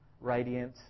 radiant